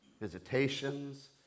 visitations